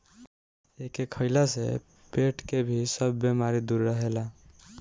एके खइला से पेट के भी सब बेमारी दूर रहेला